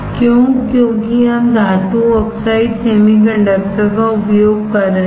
क्यों क्योंकि हम धातु ऑक्साइड सेमीकंडक्टर का उपयोग कर रहे हैं